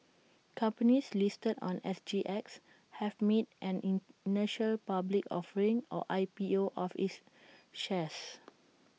companies listed on S G X have made an initial public offering or I P O of its shares